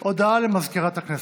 הודעה למזכירת הכנסת.